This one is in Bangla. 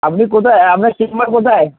আপনি কোথায় আপনার চেম্বার কোথায়